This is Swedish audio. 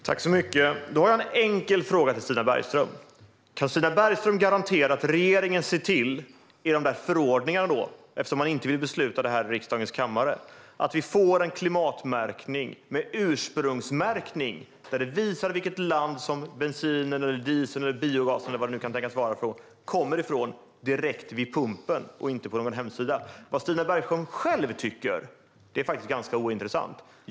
Herr talman! Då har jag en enkel fråga till Stina Bergström. Kan Stina Bergström garantera att regeringen i de där förordningarna - eftersom man inte vill besluta om det här i riksdagens kammare - ser till att vi får en klimatmärkning med ursprungsmärkning som visar vilket land bensinen, dieseln, biogasen eller vad det nu kan tänkas vara kommer från, direkt vid pumpen och inte på någon hemsida? Vad Stina Bergström själv tycker är faktiskt ganska ointressant.